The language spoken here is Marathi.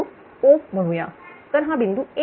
तर हा बिंदू A बोलूया